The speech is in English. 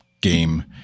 game